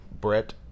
Brett